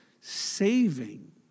saving